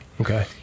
Okay